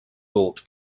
bought